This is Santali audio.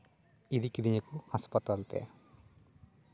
ᱤᱫᱤᱠᱤᱫᱤᱧᱟ ᱠᱚ ᱦᱟᱥᱯᱟᱛᱟᱞᱛᱮ